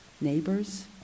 neighbors